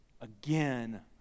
Again